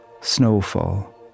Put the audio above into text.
snowfall